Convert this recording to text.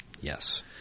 yes